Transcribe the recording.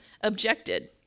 objected